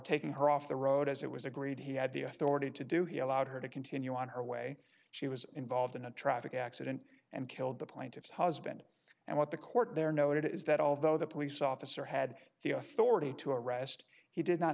taking her off the road as it was agreed he had the authority to do he allowed her to continue on her way she was involved in a traffic accident and killed the plaintiff's husband and what the court there noted is that although the police officer had the authority to arrest he did not